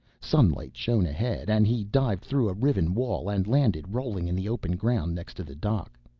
sunlight shone ahead and he dived through a riven wall and landed, rolling in the open ground next to the dock.